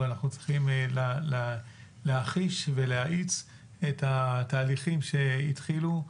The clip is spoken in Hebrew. ואנחנו צריכים להחיש ולהאיץ את התהליכים שהתחילו.